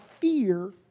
fear